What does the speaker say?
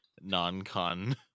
non-con